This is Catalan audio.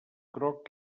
groc